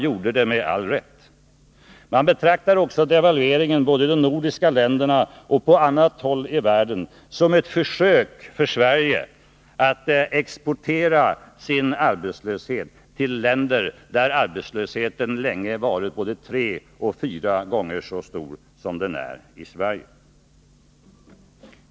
Både i de nordiska länderna och på andra håll i världen betraktades devalveringen också som ett försök av Sverige att exportera sin arbetslöshet till länder där arbetslösheten länge varit både tre och fyra gånger så stor som den är i Sverige.